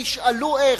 תשאלו איך,